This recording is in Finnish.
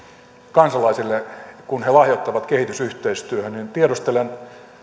kansalaisille kun he lahjoittavat kehitysyhteistyöhön tiedustelen